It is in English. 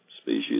species